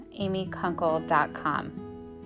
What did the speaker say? amykunkel.com